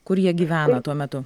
kur jie gyvena tuo metu